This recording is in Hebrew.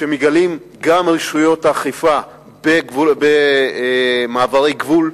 שמגלות רשויות האכיפה במעברי גבול,